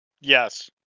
yes